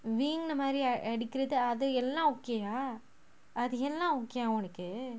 வீங்குனாமாதிரிஅடிக்கிறதுஅதுஎல்லாம்:veenkuna mathiri adikkrathu athu ellam okay ah அதுஎல்லாம்:adhu ellam okay ah உனக்கு:unaku